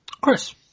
Chris